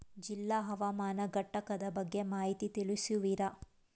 ಜಿಲ್ಲಾ ಹವಾಮಾನ ಘಟಕದ ಬಗ್ಗೆ ಮಾಹಿತಿ ತಿಳಿಸುವಿರಾ?